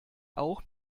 auch